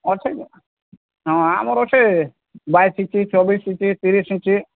ଅଛି ଆଜ୍ଞା ହଁ ଆମର ସେ ବାଇଶି ଇଞ୍ଚ ଚବିଶ ଇଞ୍ଚ ତିରିଶ ଇଞ୍ଚ